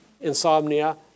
insomnia